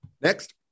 Next